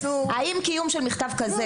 האם קיום של מכתב כזה,